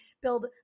build